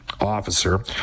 officer